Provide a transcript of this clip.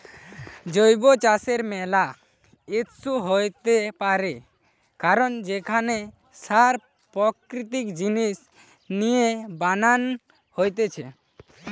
জৈব চাষের ম্যালা ইস্যু হইতে পারে কারণ সেখানে সার প্রাকৃতিক জিনিস লিয়ে বানান হতিছে